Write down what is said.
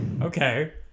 Okay